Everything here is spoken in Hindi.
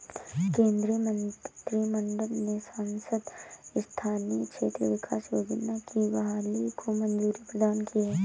केन्द्रीय मंत्रिमंडल ने सांसद स्थानीय क्षेत्र विकास योजना की बहाली को मंज़ूरी प्रदान की है